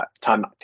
time